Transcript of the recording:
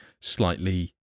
slightly